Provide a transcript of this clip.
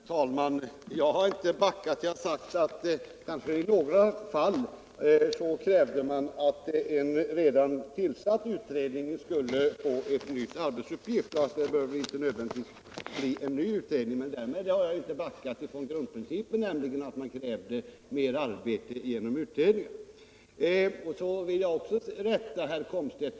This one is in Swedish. Herr talman! Jag har inte backat. Jag har sagt att man kanske i några fall krävde att en redan tillsatt utredning skulle få en ny arbetsuppgift, att det inte nödvändigtvis behövde bli en ny utredning. Men därmed har jag inte backat från grundprincipen, nämligen att man krävde mer arbete genom utredningar. Jag vill också rätta herr Komstedt.